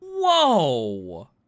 Whoa